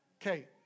okay